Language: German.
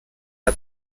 der